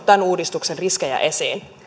tämän uudistuksen riskejä esiin